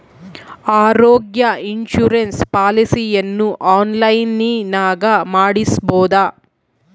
ಆರೋಗ್ಯ ಇನ್ಸುರೆನ್ಸ್ ಪಾಲಿಸಿಯನ್ನು ಆನ್ಲೈನಿನಾಗ ಮಾಡಿಸ್ಬೋದ?